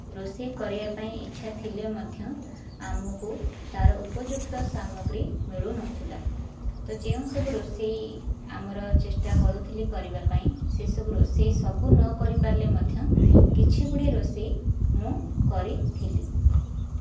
ରୋଷେଇ କରିବା ପାଇଁ ଇଚ୍ଛା ଥିଲେ ମଧ୍ୟ ଆମକୁ ତା'ର ଉପଯୁକ୍ତ ସାମଗ୍ରୀ ମିଳୁନଥିଲା ତ ଯେଉଁ ସବୁ ରୋଷେଇ ଆମର ଚେଷ୍ଟା କରୁଥିଲି କରିବା ପାଇଁ ସେ ସବୁ ରୋଷେଇ ସବୁ ନକରି ପାରିଲେ ମଧ୍ୟ କିଛିଗୁଡ଼ିଏ ରୋଷେଇ ମୁଁ କରିଥିଲି